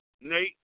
Nate